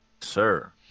sir